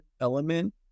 element